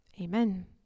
Amen